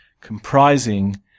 comprising